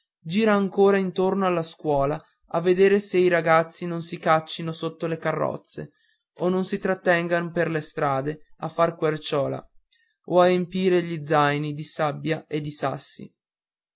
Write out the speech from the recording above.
gira ancora intorno alla scuola a vedere che i ragazzi non si caccino sotto le carrozze o non si trattengan per le strade a far querciola o a empir gli zaini di sabbia o di sassi